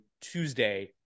Tuesday